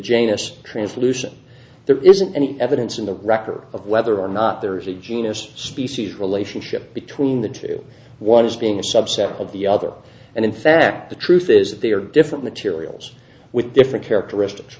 janus translucent there isn't any evidence in the record of whether or not there is a genus species relationship between the two ones being a subset of the other and in fact the truth is that they are different materials with different characteristics